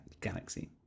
galaxy